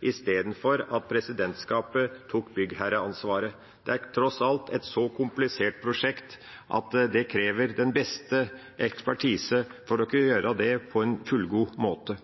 istedenfor at presidentskapet tok byggherreansvaret. Det er tross alt et så komplisert prosjekt at det krever den beste ekspertise for å kunne gjøre det på en fullgod måte.